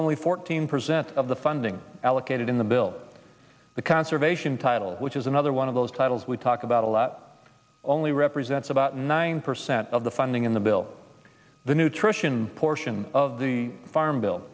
only fourteen percent of the funding allocated in the bill the conservation title which is another one of those titles we talk about a lot only represents about nine percent of the funding in the bill the nutrition portion of the farm bill